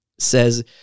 says